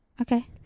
Okay